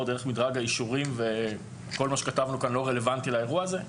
דרך מדרג האישורים כך שכל מה שכתבנו כאן לא רלוונטי לאירוע הזה?